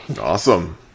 Awesome